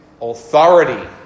authority